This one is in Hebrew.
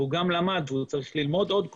והוא גם למד והוא צריך ללמוד עוד קורס.